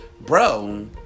bro